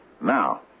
Now